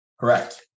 Correct